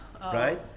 right